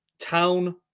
town